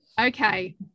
okay